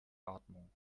atmung